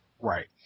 Right